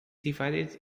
divided